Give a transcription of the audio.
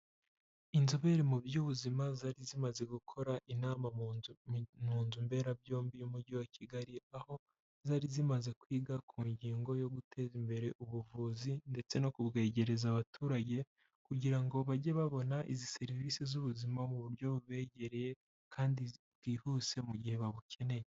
Inzobere mu by'ubuzima zari zimaze gukora inama mu nzu mbera byombi y'umujyi wa Kigali aho zari zimaze kwiga ku ngingo yo guteza imbere ubuvuzi ndetse no kubwegereza abaturage kugira ngo bajye babona izi serivisi z'ubuzima mu buryo bubegereye kandi bwihuse mu gihe babukeneye.